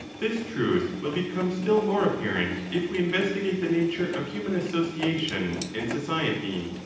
this truth will become still more apparent if we investigate the nature of human association and society.